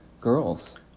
girls